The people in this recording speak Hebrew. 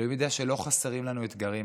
אלוהים יודע שלא חסרים לנו אתגרים.